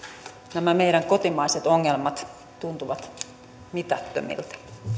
nämä meidän kotimaiset ongelmamme tuntuvat mitättömiltä